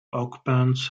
occupants